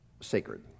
sacred